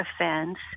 offense